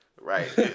Right